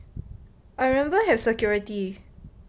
I remember have security